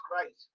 christ